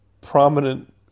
Prominent